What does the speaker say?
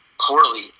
poorly